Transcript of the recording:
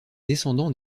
descendant